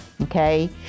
okay